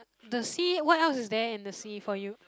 the sea what else is there in the sea for you